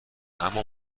اما